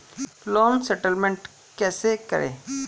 Loan settlement कैसे करें?